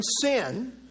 sin